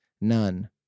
none